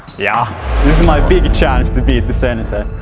yeah is my big chance to beat the sensei